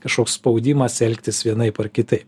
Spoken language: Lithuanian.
kažkoks spaudimas elgtis vienaip ar kitaip